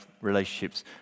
relationships